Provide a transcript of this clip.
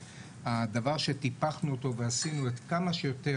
הדבר שטיפחנו אותו ועשינו כמה שיותר